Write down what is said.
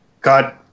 God